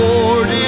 Lord